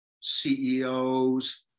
CEOs